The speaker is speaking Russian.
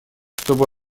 чтобы